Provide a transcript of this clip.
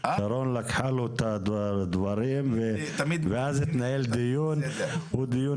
שרון אמרה משהו ולאחר מכן התנהל דיון שהוא דיון